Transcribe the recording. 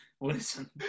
Listen